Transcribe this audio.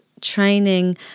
training